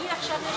שלי עכשיו יש,